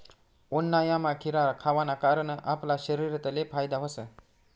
उन्हायामा खीरा खावाना कारण आपला शरीरले फायदा व्हस